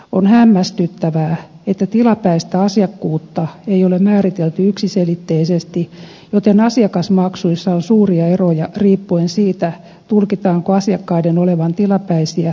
on hämmästyttävää että tilapäistä asiakkuutta ei ole määritelty yksiselitteisesti joten asiakasmaksuissa on suuria eroja riippuen siitä tulkitaanko asiakkaiden olevan tilapäisiä vai säännöllisiä